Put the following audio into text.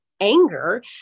anger